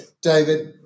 David